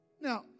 Now